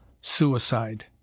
Suicide